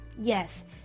Yes